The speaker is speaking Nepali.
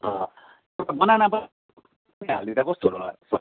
त्यो बनाना त एउटा हालिदिँदा कस्तो होला सर